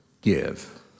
give